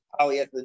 polyethylene